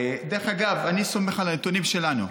דרך אגב, אני סומך על הנתונים שלנו.